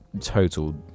total